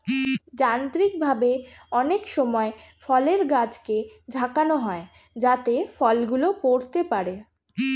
যান্ত্রিকভাবে অনেক সময় ফলের গাছকে ঝাঁকানো হয় যাতে ফল গুলো পড়তে পারে